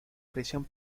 prisión